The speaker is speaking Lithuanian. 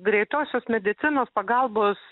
greitosios medicinos pagalbos